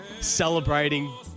celebrating